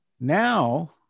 Now